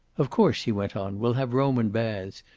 of course, he went on, we'll have roman baths,